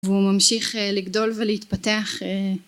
והוא ממשיך לגדול ולהתפתח